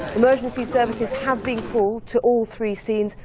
emergency services have been called to all three scenes.